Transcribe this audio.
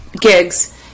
gigs